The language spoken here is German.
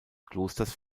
klosters